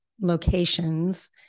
locations